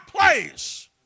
place